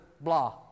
blah